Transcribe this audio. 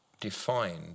defined